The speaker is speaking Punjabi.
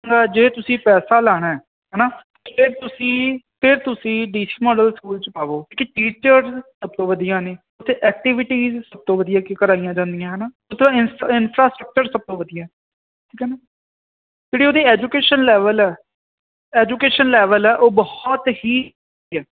ਜੇ ਤੁਸੀਂ ਪੈਸਾ ਲਾਣਾ ਹਨਾ ਤੇ ਤੁਸੀਂ ਇਹ ਤੁਸੀਂ ਡੀਸੀ ਮਾਡਲ ਸਕੂਲ 'ਚ ਪਾਵੋ ਟੀਚਰ ਸਭ ਤੋਂ ਵਧੀਆ ਨੇ ਉਥੇ ਐਕਟੀਵਿਟੀਜ ਸਭ ਤੋਂ ਵਧੀਆ ਕਿਉਂ ਕਰਾਈਆਂ ਜਾਂਦੀਆਂ ਹਨਾ ਪਤਾ ਇੰਫਰਾਸਟਰਕਚਰ ਸਭ ਤੋਂ ਵਧੀਆ ਉਹਦੀ ਐਜੂਕੇਸ਼ਨ ਲੈਵਲ ਆ ਐਜੂਕੇਸ਼ਨ ਲੈਵਲ ਹੈ ਉਹ ਬਹੁਤ ਹੀ ਵਧੀਆ